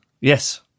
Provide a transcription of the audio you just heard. Yes